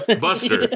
Buster